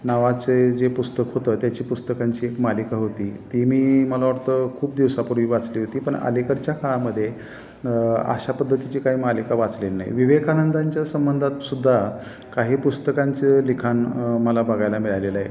नावाचे जे पुस्तक होतं त्याची पुस्तकांची एक मालिका होती ती मी मला वाटतं खूप दिवसापूर्वी वाचली होती पण अलीकडच्या काळामध्ये अशा पद्धतीची काही मालिका वाचलेली नाही विवेकानंदांच्या संबंधात सुद्धा काही पुस्तकांचं लिखाण मला बघायला मिळालेलं आहे